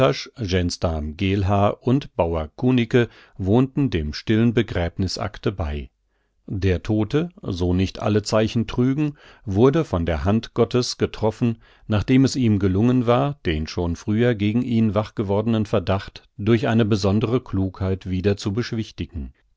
geelhaar und bauer kunicke wohnten dem stillen begräbnißakte bei der todte so nicht alle zeichen trügen wurde von der hand gottes getroffen nachdem es ihm gelungen war den schon früher gegen ihn wach gewordenen verdacht durch eine besondere klugheit wieder zu beschwichtigen